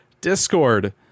Discord